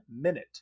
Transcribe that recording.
minute